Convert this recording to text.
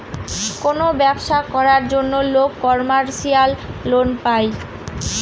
কোনো ব্যবসা করার জন্য লোক কমার্শিয়াল লোন পায়